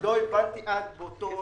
לא הבנתי באותה